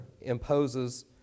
imposes